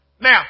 Now